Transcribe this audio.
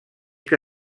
que